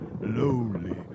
lonely